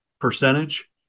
percentage